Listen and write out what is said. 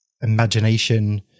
imagination